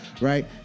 right